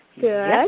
Good